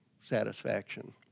satisfaction